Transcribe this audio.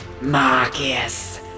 Marcus